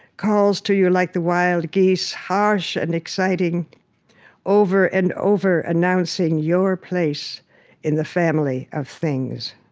calls to you like the wild geese, harsh and exciting over and over announcing your place in the family of things.